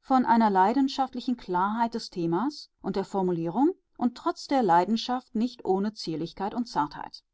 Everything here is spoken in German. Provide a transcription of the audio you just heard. von einer leidenschaftlichen klarheit des themas und der formulierung und trotz der leidenschaft nicht ohne zierlichkeit und zartheit